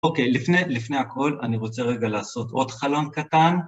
אוקיי, לפני, לפני הכל אני רוצה רגע לעשות עוד חלון קטן.